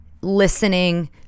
listening